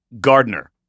Gardner